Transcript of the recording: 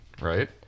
right